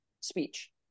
speech